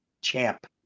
Champ